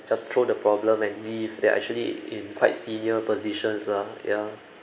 just throw the problem and leave they're actually in quite senior positions lah ya